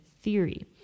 theory